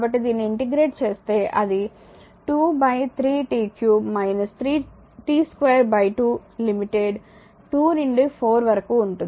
కాబట్టి దీన్ని ఇంటెగ్రేట్ చేస్తే అది 2 3 t 3 t 2 2 లిమిట్ 2 నుండి 4 వరకు ఉంటుంది